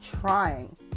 trying